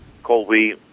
colby